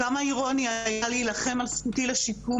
כמה אירוני היה להילחם על זכותי לשיקום,